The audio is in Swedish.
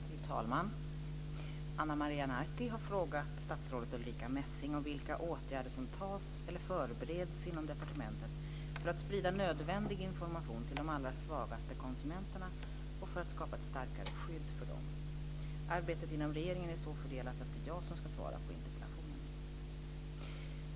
Fru talman! Ana Maria Narti har frågat statsrådet Ulrica Messing vilka åtgärder som tas eller förbereds inom departementet för att sprida nödvändig information till de allra svagaste konsumenterna och för att skapa ett starkare skydd för dem. Arbetet inom regeringen är så fördelat att det är jag som ska svara på interpellationen.